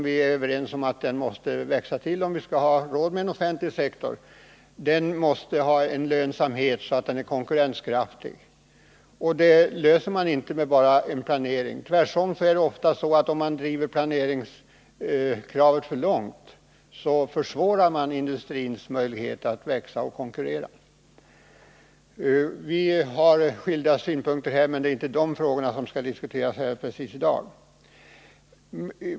Vi är överens om att industrin måste växa till om vi skall ha råd med en offentlig sektor, och därför måste industrin ha en sådan lönsamhet att den är konkurrenskraftig. Och det åstadkommer man inte med enbart planering. Tvärtom — om man driver planeringskravet för långt minskar man industrins möjlighet att växa och konkurrera. Vi har olika synpunkter här, men det är inte precis de frågorna som skall diskuteras i dag.